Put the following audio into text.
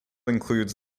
includes